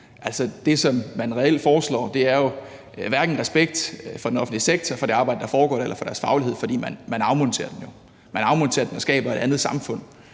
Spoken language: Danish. som man reelt foreslår, er jo hverken respekt for den offentlige sektor, for det arbejde, der foregår der, eller for deres faglighed, for man afmonterer den jo. Man afmonterer den og skaber et andet samfund,